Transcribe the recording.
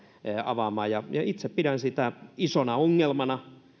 avaamaan itse pidän sitä isona ongelmana